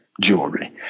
Jewelry